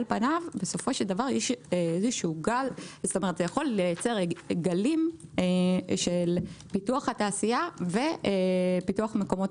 זה יכול לייצר גלים של פיתוח התעשייה ופיתוח מקומות